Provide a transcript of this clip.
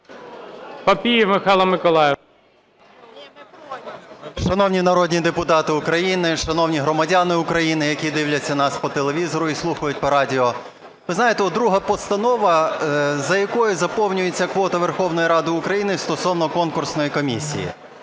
Шановні народні депутати України, шановні громадяни України, які дивляться нас по телевізору і слухають по радіо! Ви знаєте, от друга постанова, за якою заповнюється квота Верховної Ради України стосовно конкурсної комісії,